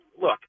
look